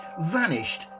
vanished